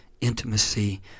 intimacy